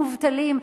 מובטלים,